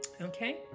Okay